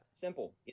Simple